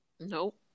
nope